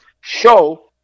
show